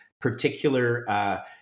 particular